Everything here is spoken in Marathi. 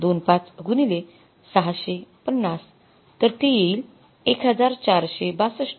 २५ गुणिले ६५० तर ते येईल १४६२